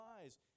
lies